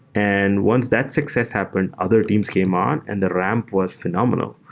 and once that success happened, other teams came on and their ramp was phenomenal.